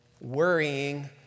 Worrying